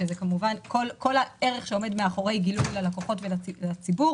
וכל הערך שעומד מאחורי גילוי ללקוחות ולציבור